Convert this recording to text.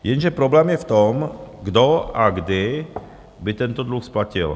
Jenže problém je v tom, kdo a kdy by tento dluh splatil.